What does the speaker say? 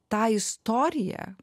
tą istoriją